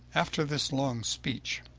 after this long speech,